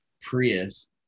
Prius